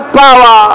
power